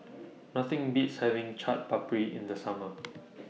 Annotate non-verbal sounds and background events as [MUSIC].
[NOISE] Nothing Beats having Chaat Papri in The Summer